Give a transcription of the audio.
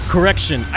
Correction